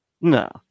No